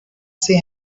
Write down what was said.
see